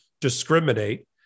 discriminate